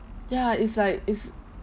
ya is like is